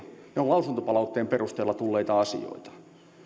ne ovat lausuntopalautteen perusteella tulleita asioita